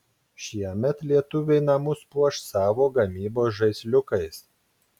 šiemet lietuviai namus puoš savos gamybos žaisliukais